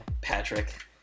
Patrick